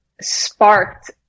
sparked